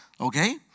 Okay